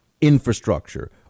infrastructure